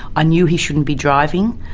ah knew he shouldn't be driving.